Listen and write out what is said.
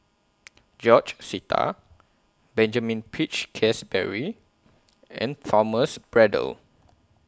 George Sita Benjamin Peach Keasberry and Thomas Braddell